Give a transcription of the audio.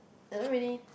I don't really